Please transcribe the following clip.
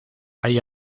hay